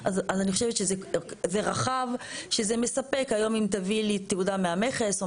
זה מספק היום אם תביא לי תעודה מהמכס או